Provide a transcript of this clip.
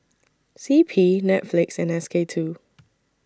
C P Netflix and S K two